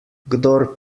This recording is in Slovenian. kdor